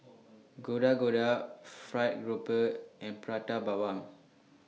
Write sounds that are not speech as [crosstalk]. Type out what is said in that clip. [noise] Gado Gado Fried Grouper and Prata Bawang